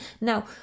Now